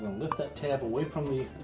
lift that tab away from the